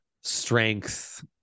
strength